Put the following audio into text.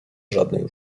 żadnej